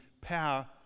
power